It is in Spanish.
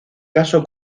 caso